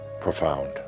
profound